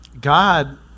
God